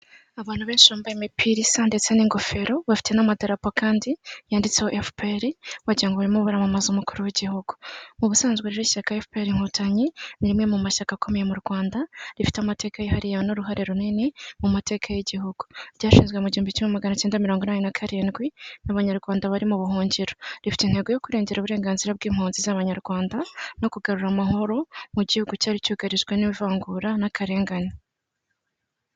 Abantu benshi bambaye imipira isa ndetse n'ingofero bafite n'amatarapo kandi yanditseho EFUPERI, wagirango barimo baramamaza umukuru w'igihugu. Ubusanzwe ishyaka EFUPERI Inkotanyi ni rimwe mu mashyaka akomeye mu Rwanda, rifite amateka yihariye n'uruhare runini mu mateka y'igihugu. Ryashinzwe mu gihumbi kimwe maganakenda mirongo inani na karindwi n'Abanyarwanda bari mu buhungiro rifite intego yo kurengera uburenganzira bw'impunzi z'Abanyarwanda no kugarura amahoro mu gihugu cyari cyugarijwe n'ivangura n'akarengane.